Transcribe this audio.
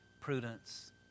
prudence